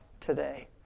today